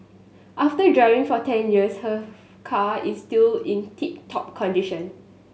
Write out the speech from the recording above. after driving for ten years her car is still in tip top condition